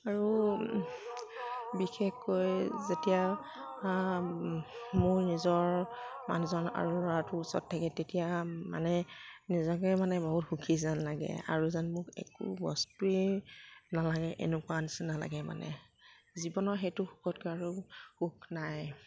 আৰু বিশেষকৈ যেতিয়া মোৰ নিজৰ মানুহজন আৰু ল'ৰাটো ওচৰত থাকে তেতিয়া মানে নিজকে মানে বহুত সুখী যেন লাগে আৰু যেন মোক একো বস্তুৱে নালাগে এনেকুৱা নিচিনা লাগে মানে জীৱনত সেইটো সুখতকৈ আৰু সুখ নাই